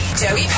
Joey